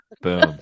boom